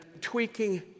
tweaking